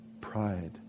pride